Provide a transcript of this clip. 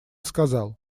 сказал